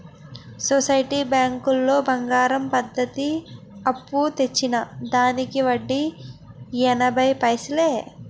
society బ్యాంకులో బంగారం పద్ధతి అప్పు తెచ్చిన దానికి వడ్డీ ఎనభై పైసలే